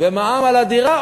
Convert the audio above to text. ומה עם מע"מ על הדירה?